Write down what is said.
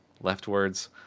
leftwards